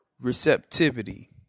receptivity